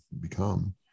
become